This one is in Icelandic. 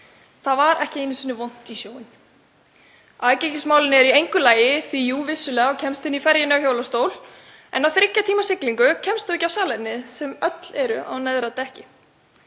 Það var ekki einu sinni vont í sjóinn. Aðgengismál eru í engu lagi. Vissulega kemst fólk inn í ferjuna í hjólastól en á þriggja tíma siglingu kemst það ekki á salerni sem öll eru á neðra dekki.